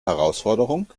herausforderung